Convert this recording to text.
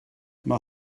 mae